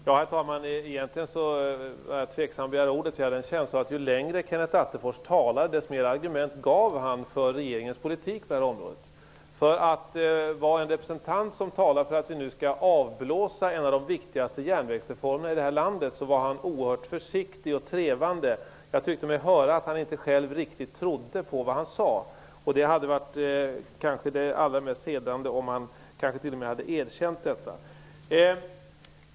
Herr talman! Egentligen tvekade jag att begära ordet, för jag hade en känsla av att ju längre Kenneth Attefors talade, desto fler argument gav han för regeringens politik på det här området. För att vara en representant som talar för att vi nu skall avblåsa en av de viktigaste järnvägsreformerna i vårt land var han oerhört försiktig och trevande. Jag tyckte mig höra att han själv inte riktigt trodde på vad han sade. Det hade kanske t.o.m. varit mest hedrande om han hade erkänt detta.